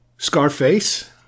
Scarface